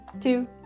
two